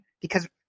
because-